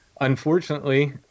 unfortunately